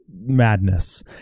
madness